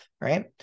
right